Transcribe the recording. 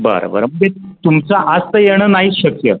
बरं बरं तुमचं आज तर येणं नाहीच शक्य